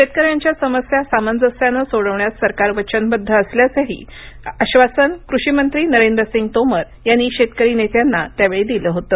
शेतकऱ्यांच्या समस्या सामंजस्यानं सोडवण्यास सरकार वचनबद्ध असल्याचं आश्वासनही कृषीमंत्री नरेंद्रसिंग तोमर यांनी शेतकरी नेत्यांना त्यावेळी दिलं होतं